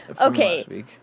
okay